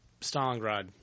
Stalingrad